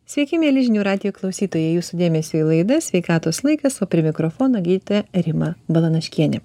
sveiki mieli žinių radijo klausytojai jūsų dėmesiui laida sveikatos laikas o prie mikrofono gydytoja rima balanaškienė